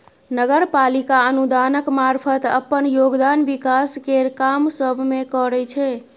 नगर पालिका अनुदानक मारफत अप्पन योगदान विकास केर काम सब मे करइ छै